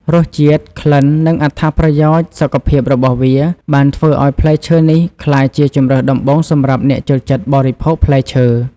រសជាតិ ក្លិន និងអត្ថប្រយោជន៍សុខភាពរបស់វាបានធ្វើឲ្យផ្លែឈើនេះក្លាយជាជម្រើសដំបូងសម្រាប់អ្នកចូលចិត្តបរិភោគផ្លែឈើ។